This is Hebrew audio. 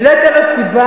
אני לא אתן לו סיבה,